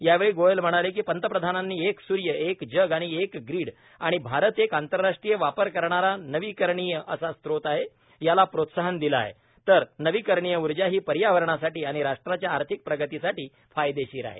यावेळी गोयल म्हणाले की पंतप्रधानांनी एक सूर्य एक जग आणि एक ग्रिड आणि भारत एक आंतर्राष्ट्रीय वापर करणारा नविकरणीय असा स्त्रोत आहे याला प्रोत्साहन दिला आहे तर नविकरणीय ऊर्जा ही पऱ्यावरणासाठी आणि राष्ट्राच्या आर्थिक प्रगतीसाठी फायदेशीर आहे